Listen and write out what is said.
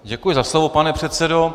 Děkuji za slovo, pane předsedo.